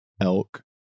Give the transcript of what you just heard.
elk